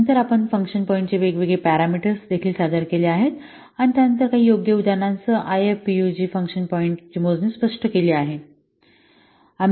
नंतर आपण function point चे वेगवेगळे पॅरामीटर्स देखील सादर केले आहेत आणि त्यानंतर काही योग्य उदाहरणांसह आयएफपीयूजी फंक्शन पॉइंट मोजणी स्पष्ट केली आहे